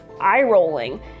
eye-rolling